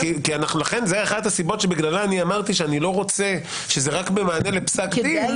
זאת אחת הסיבות בגללה אמרתי שאני לא רוצה שזה רק במענה לפסק דין.